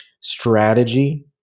strategy